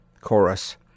Chorus